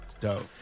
Dope